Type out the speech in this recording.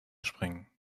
springen